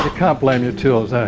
ah can't blame your tools